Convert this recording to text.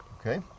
Okay